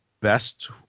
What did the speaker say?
best